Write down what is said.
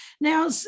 Now